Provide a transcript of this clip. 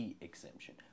exemption